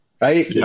right